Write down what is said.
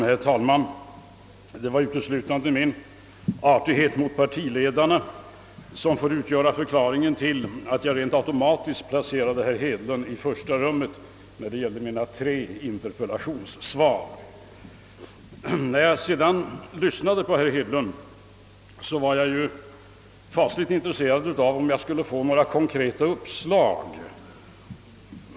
Herr talman! Det är uteslutande min artighet mot partiledarna som utgör förklaring till att jag rent automatiskt placerade herr Hedlund i första rummet när det gällde mina tre interpellationssvar. När jag sedan lyssnade på herr Hedlund var jag mycket intresserad av om jag skulle få några konkreta uppslag.